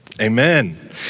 Amen